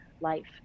life